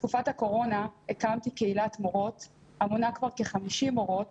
בתקופת הקורונה הקמתי קהילת מורות המונה כבר כ-50 מורות